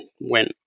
went